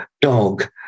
dog